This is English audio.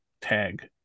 tag